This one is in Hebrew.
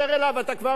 מכירים אותך.